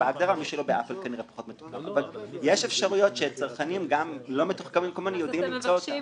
אבל יש אפשרויות שצרכנים לא מתוחכמים כמוני יודעים זאת.